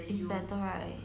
is better right